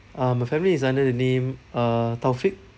um my family is under the name uh taufiq